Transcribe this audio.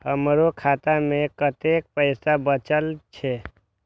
हमरो खाता में कतेक पैसा बचल छे?